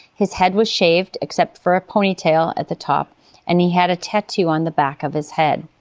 his head was shaved except for a ponytail at the top and he had a tattoo on the back of his head.